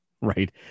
Right